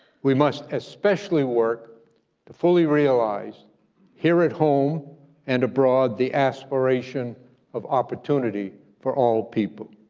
we must especially work to fully realize here at home and abroad the aspiration of opportunity for all people.